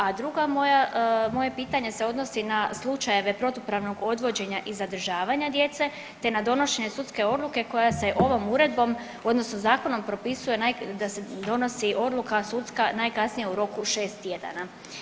A drugo moje pitanje se odnosi na slučajeve protupravnog odvođenja i zadržavanja djece te na donošenje sudske odluke koja se ovom uredbom odnosno zakonom propisuje da se donosi odluka sudska najkasnije u roku šest tjedana.